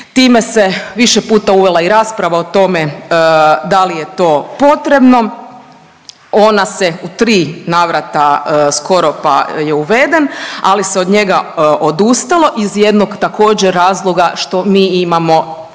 Time se više puta uvela i rasprava o tome da li je to potrebno ona se u tri navrata skoro pa je uveden, ali se od njega odustalo iz jednog također razloga što mi imamo